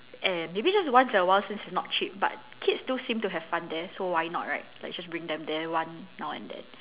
and maybe just once in a while since it's not cheap but kids do seem to have fun there so why not right like just bring them there one now and then